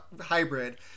hybrid